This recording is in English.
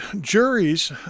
juries